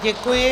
Děkuji.